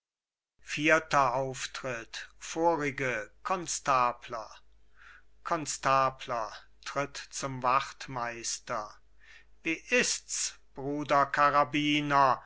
vierter auftritt vorige konstabler konstabler tritt zum wachtmeister wie ists bruder karabinier